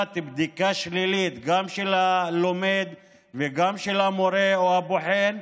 בדיקה שלילית גם של הלומד וגם של המורה או הבוחן,